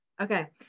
Okay